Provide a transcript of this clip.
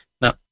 Now